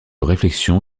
réflexion